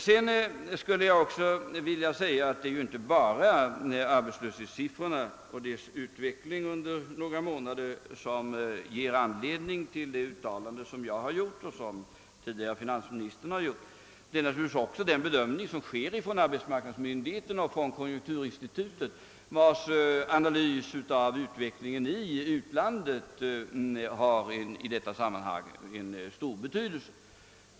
Jag skulle också vilja framhålla att det inte bara är arbetslöshetssiffrorna under några månader som föranledde mitt uttalande och det som finansministern gjorde tidigare. Naturligtvis spelar också arbetsmarknadsmyndigheternas bedömning en roll liksom också komjunkturinstitutets, vars analys av utvecklingen i utlandet har stor betydelse i detta sammanhang.